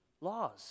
laws